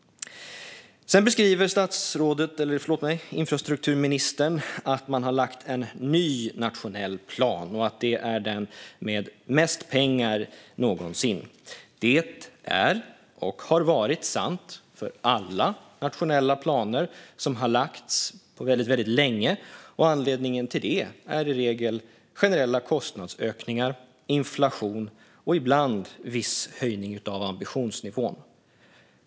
Sedan beskriver infrastrukturministern att man har lagt fram en ny nationell plan och att det är den med mest pengar någonsin. Det är och har varit sant för alla nationella planer som har lagts fram på väldigt länge. Anledningen till det är i regel generella kostnadsökningar, inflation och ibland viss höjning av ambitionsnivån.